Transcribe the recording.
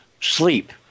Sleep